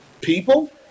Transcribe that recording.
People